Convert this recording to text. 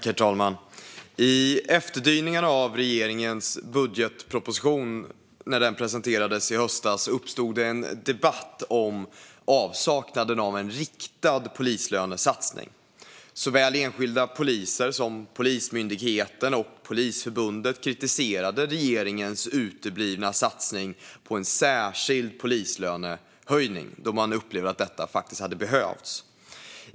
Herr talman! I efterdyningarna av regeringens budgetproposition, när den presenterades i höstas, uppstod det en debatt om avsaknaden av en riktad polislönesatsning. Såväl enskilda poliser som Polismyndigheten och Polisförbundet kritiserade regeringens uteblivna satsning på en särskild polislönehöjning, eftersom man upplevde att detta faktiskt hade behövts.